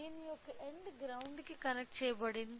దీని యొక్క end ground కి కనెక్ట్ చెయ్యబడింది